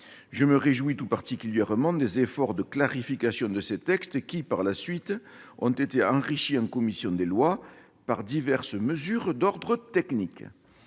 Je me réjouis tout particulièrement des efforts de clarification de ces textes, qui ont été enrichis par la suite en commission des lois par diverses mesures d'ordre technique.